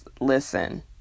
Listen